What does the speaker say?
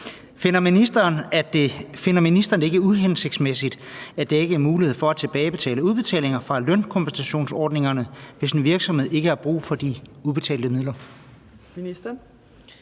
Finder ministeren det ikke uhensigtsmæssigt, at der ikke er mulighed for at tilbagebetale udbetalinger fra lønkompensationsordningen, hvis en virksomhed ikke har brug for de udbetalte midler?